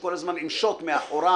שכל הזמן עם שוט מאחוריי: